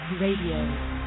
Radio